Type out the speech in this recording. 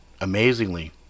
amazingly